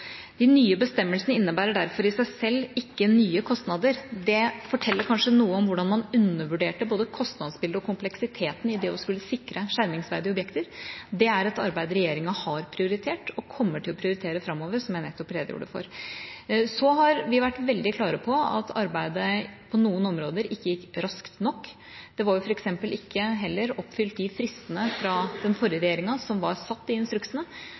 De nye bestemmelsene innebærer derfor i seg selv ikke nye kostnader. Det forteller kanskje noe om hvordan man undervurderte både kostnadsbildet og kompleksiteten i det å skulle sikre skjermingsverdige objekter. Det er et arbeid regjeringa har prioritert og kommer til å prioritere framover, som jeg nettopp redegjorde for. Så har vi vært veldig klare på at arbeidet på noen områder ikke gikk raskt nok. For eksempel var heller ikke fristene som var satt i instruksene,